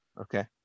Okay